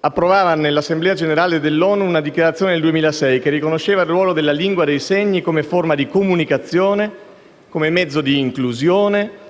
approvava nell'Assemblea generale dell'ONU una dichiarazione del 2006 che riconosceva il ruolo della lingua dei segni «come forma di comunicazione, come mezzo di inclusione,